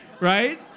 Right